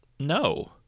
No